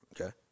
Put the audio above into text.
Okay